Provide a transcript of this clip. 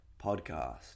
podcast